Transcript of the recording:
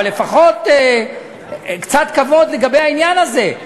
אבל לפחות קצת כבוד לגבי העניין הזה.